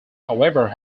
however